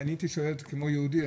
אני הייתי שואל כמו יהודי,